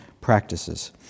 practices